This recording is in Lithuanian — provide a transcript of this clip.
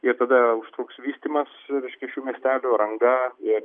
ir tada užtruks vystymas reiškia šių miestelių ranga ir